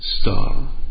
star